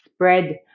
spread